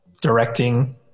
directing